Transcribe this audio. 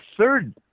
third